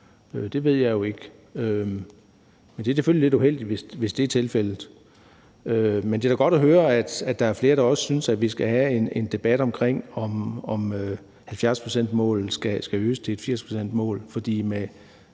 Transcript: Det ved jeg jo ikke. Det er selvfølgelig lidt uheldigt, hvis det er tilfældet. Men det er da godt at høre, at der er flere, der også synes, at vi skal have en debat om, om 70-procentsmålet skal øges til et 80-procentsmål, for med